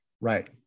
Right